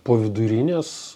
po vidurinės